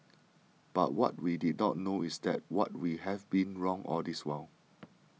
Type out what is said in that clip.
but what we did not know is that what we have been wrong all this while